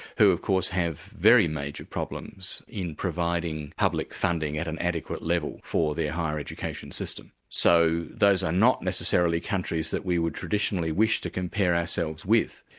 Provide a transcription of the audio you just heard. who of course have very major problems in providing public funding at an adequate level for their higher education system. so those are not necessarily countries that we would traditionally wish to compare ourselves with.